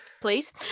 please